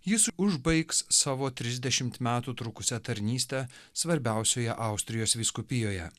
jis užbaigs savo trisdešimt metų trukusią tarnystę svarbiausioje austrijos vyskupijoje